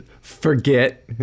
forget